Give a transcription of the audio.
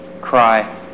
cry